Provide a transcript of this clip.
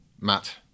Matt